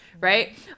right